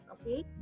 okay